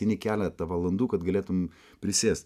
eini keletą valandų kad galėtum prisėst